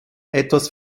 etwas